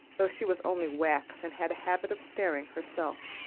though she was only wax and had a habit of staring herself.